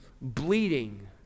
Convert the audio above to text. bleeding